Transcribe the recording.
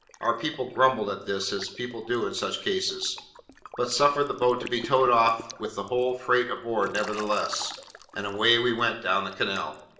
our people grumbled at this, as people do in such cases but suffered the boat to be towed off with the whole freight aboard nevertheless and away we went down the canal.